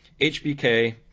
HBK